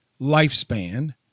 lifespan